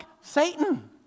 Satan